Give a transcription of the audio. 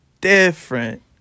different